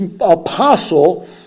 apostle